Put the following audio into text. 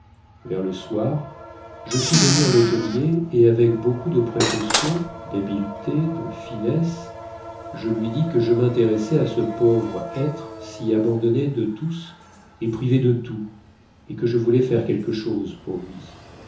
vers le soir je fis venir l'hôtelier et avec beaucoup de précautions d'habiletés de finesses je lui dis que je m'intéressais à ce pauvre être si abandonné de tous et privé de tout et que je voulais faire quelque chose pour lui